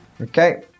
okay